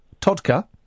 Todka